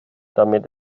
damit